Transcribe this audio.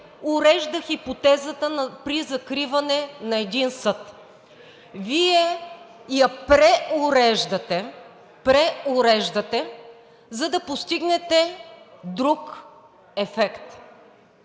урежда хипотезата при закриване на един съд. Вие я преуреждате – преуреждате, за да постигнете друг ефект,